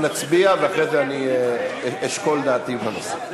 נצביע, ואחר כך אשקול את דעתי בנושא.